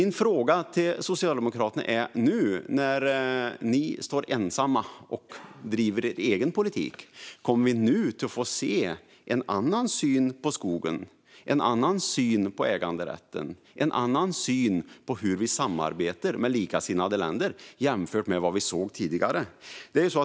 Nu när Socialdemokraterna står här ensamma och driver sin egen politik, kommer vi att få ta del av en annan syn på skogen, en annan syn på äganderätten och en annan syn på hur vi samarbetar med likasinnade länder jämfört med vad vi har sett tidigare?